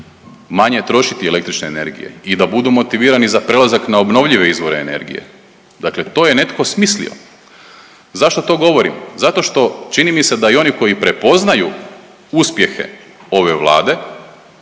manje trošiti električne energije i da budu motivirani za prelazak na obnovljive izvore energije. Dakle, to je netko smislio. Zašto to govorim? Zato što čini mi se da i oni koji prepoznaju uspjehe ove Vlade